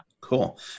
Cool